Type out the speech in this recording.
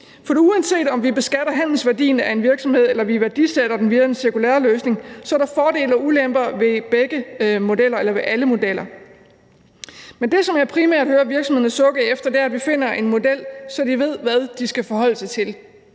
For uanset om vi beskatter handelsværdien af en virksomhed, eller om vi værdisætter den via den sekulære løsning, er der fordele og ulemper ved alle modeller. Men det, som jeg primært hører virksomhederne sukke efter, er, at vi finder en model, så de ved, hvad de skal forholde sig til.